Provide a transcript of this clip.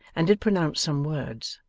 and did pronounce some words,